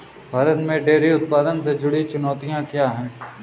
भारत में डेयरी उत्पादन से जुड़ी चुनौतियां क्या हैं?